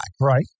Right